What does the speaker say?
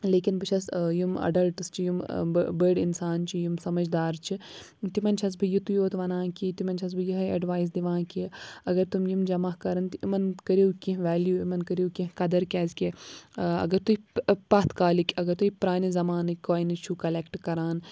لیکِن بہٕ چھَس یِم اَڈَلٹٕس چھِ یِم بٔڑۍ اِنسان چھِ یِم سَمٕجھ دار چھِ تِمَن چھَس بہٕ یُتُے یوت وَنان کہِ تِمَن چھَس بہٕ یِہوٚے اٮ۪ڈوایِس دِوان کہِ اَگر تِم یِم جمع کَرَن تہٕ یِمَن کٔرِو کیٚنٛہہ ویلیوٗ یِمَن کٔرِو کیٚنٛہہ قدٕر کیٛازِکہِ اَگر تُہۍ پَتھ کالِکۍ اَگر تُہۍ پرٛانہِ زَمانٕکۍ کوینٕز چھُو کَلٮ۪کٹ کَران